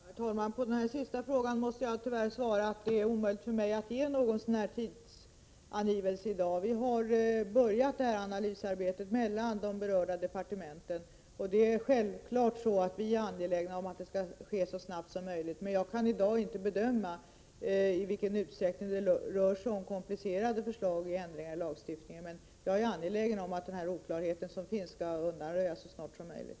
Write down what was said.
Herr talman! På den sista frågan måste jag tyvärr svara att det är omöjligt för mig att lämna någon tidsangivelse i dag. Vi har börjat analysarbetet mellan de berörda departementen. Självklart är vi angelägna om att ändringen skall ske så snabbt som möjligt. Men jag kan i dag inte bedöma i vilken utsträckning det rör sig om komplicerade förslag till ändringar i lagstiftningen. Jag är emellertid angelägen om att den oklarhet som finns skall undanröjas så snart som möjligt.